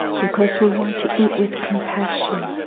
because we want to eat with compassion,